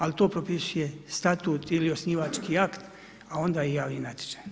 Al to propisuje statut ili osnivački akt, a onda i javni natječaj.